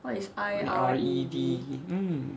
I R E D mm